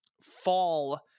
fall